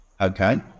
Okay